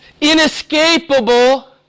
inescapable